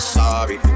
sorry